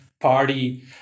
party